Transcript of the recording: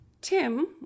Tim